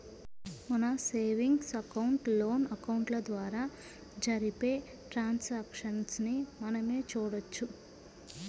మన savings account, loan అకౌంట్ల ద్వారా జరిపే ట్రాన్సాక్షన్స్ ని మనమే చూడొచ్చు